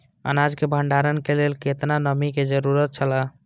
अनाज के भण्डार के लेल केतना नमि के जरूरत छला?